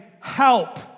help